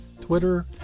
Twitter